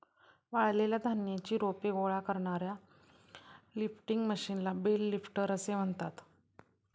वाळलेल्या धान्याची रोपे गोळा करणाऱ्या लिफ्टिंग मशीनला बेल लिफ्टर असे म्हणतात